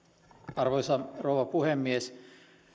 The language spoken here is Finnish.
arvoisa rouva puhemies